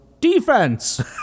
Defense